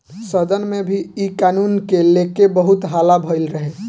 सदन में भी इ कानून के लेके बहुत हल्ला भईल रहे